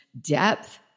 depth